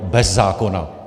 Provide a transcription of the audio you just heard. Bez zákona!